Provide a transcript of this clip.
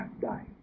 die